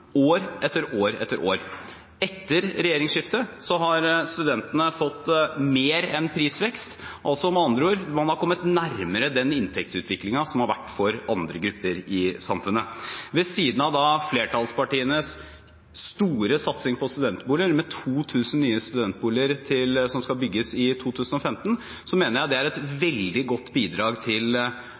år etter år etter år. Etter regjeringsskiftet har studentene fått mer enn prisvekst, man har med andre ord kommet nærmere den inntektsutviklingen som har vært for andre grupper i samfunnet. Ved siden av flertallspartienes store satsing på studentboliger, med 2 000 nye studentboliger som skal bygges i 2015, mener jeg det er et veldig godt bidrag til